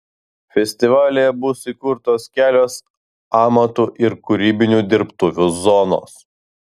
festivalyje bus įkurtos kelios amatų ir kūrybinių dirbtuvių zonos